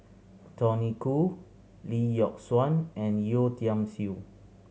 Tony Khoo Lee Yock Suan and Yeo Tiam Siew